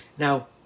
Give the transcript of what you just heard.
Now